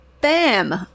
Bam